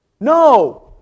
No